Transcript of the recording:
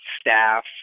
staff